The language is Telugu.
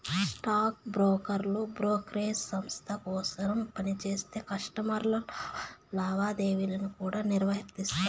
స్టాక్ బ్రోకర్లు బ్రోకేరేజ్ సంస్త కోసరం పనిచేస్తా కస్టమర్ల లావాదేవీలను కూడా నిర్వహిస్తారు